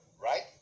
right